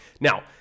now